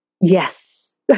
yes